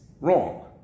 wrong